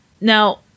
Now